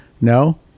no